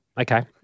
Okay